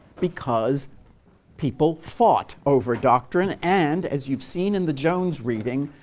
because people fought over doctrine. and as you've seen in the jones reading,